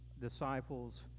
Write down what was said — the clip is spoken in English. disciples